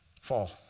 fall